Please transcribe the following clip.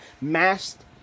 masked